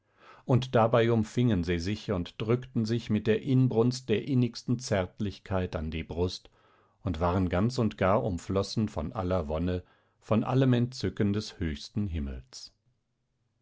und dabei umfingen sie sich und drückten sich mit der inbrunst der innigsten zärtlichkeit an die brust und waren ganz und gar umflossen von aller wonne von allem entzücken des höchsten himmels